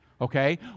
okay